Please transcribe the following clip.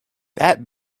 that